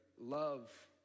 love